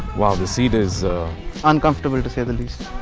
while the seat is uncomfortable to say the least!